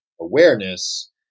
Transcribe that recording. awareness